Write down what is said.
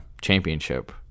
championship